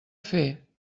fer